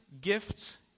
gifts